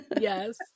Yes